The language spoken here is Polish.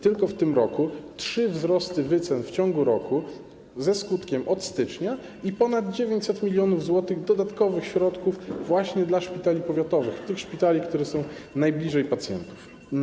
Tylko w tym roku są trzy wzrosty wycen w ciągu roku, ze skutkiem od stycznia, i ponad 900 mln zł dodatkowych środków dla szpitali powiatowych, tych szpitali, które są najbliżej pacjentów.